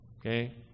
Okay